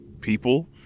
people